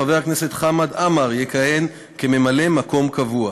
חבר הכנסת חמד עמאר יכהן כממלא-מקום קבוע,